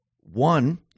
one